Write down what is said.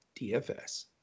DFS